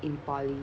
in poly